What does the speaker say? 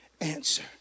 answer